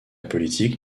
politique